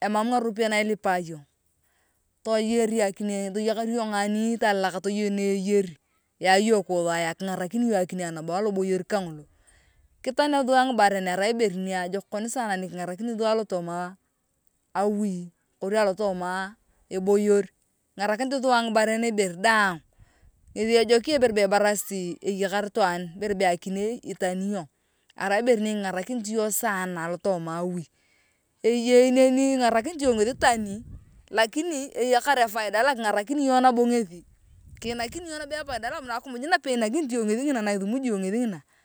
emam ngaropiae na ilipae iyong toyakayar iyong nganeitoyei akine na eyari ya iyong kiwothayia kingarakini iyong akine nabo aloboyer kangalo kitnia thua ngibaren arai ibere ruajokom sana nikangarakinit thua alotooma awi kori alotooma eboyor kingarakinit thua ngibaren eberi daang ngethi ejokia ibere be ibarasit eyakar itwaan ejok ibere be akine itani iyong arai ibere nikangarakinit iyong sana alootoma awi eyei ingarakinit iyong ngethi itani lakini eyakar efaida lo kingarakini iyong nabo ngethi kiinakini iyong nabo efaida alotooma akimuj nabo napei ngina isimuji iyong ngesi.